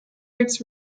roots